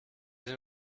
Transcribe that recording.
den